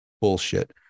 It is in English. bullshit